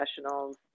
professionals